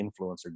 influencer